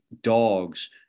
dogs